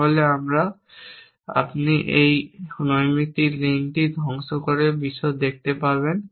তাহলে আপনি এই নৈমিত্তিক লিঙ্কটি ধ্বংস করে বিশদ দেখতে পাবেন